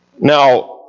Now